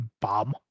bomb